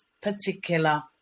particular